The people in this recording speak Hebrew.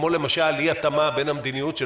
כמו למשל אי התאמה בין המדיניות של